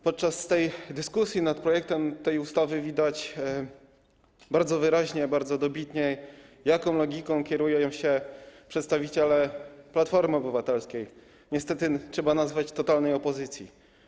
Podczas dyskusji nad projektem ustawy widać bardzo wyraźnie, bardzo dobitnie, jaką logiką kierują się przedstawiciele Platformy Obywatelskiej, którą niestety trzeba nazwać totalną opozycją.